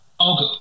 okay